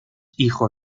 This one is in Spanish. hijo